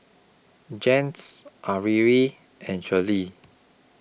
Jens Averi and Shirley